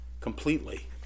Completely